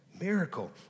Miracle